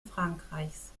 frankreichs